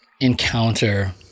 encounter